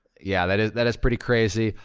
yeah, that is that is pretty crazy.